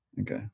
Okay